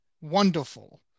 wonderful